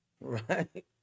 Right